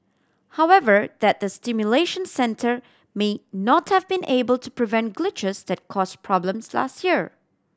however that the simulation centre may not have been able to prevent glitches that cause problems last year